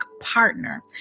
partner